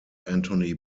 anthony